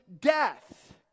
death